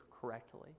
correctly